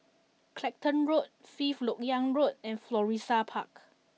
Clacton Road Fifth Lok Yang Road and Florissa Park